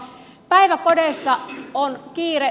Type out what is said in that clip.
päiväkodeissa on kiire